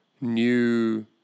new